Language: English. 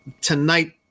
tonight